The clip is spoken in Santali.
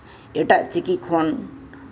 ᱮᱴᱟᱜ ᱪᱤᱠᱤ ᱠᱷᱚᱱ